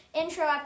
intro